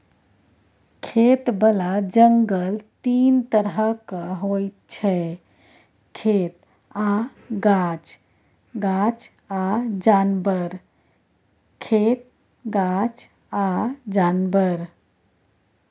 खेतबला जंगल तीन तरहक होइ छै खेत आ गाछ, गाछ आ जानबर, खेत गाछ आ जानबर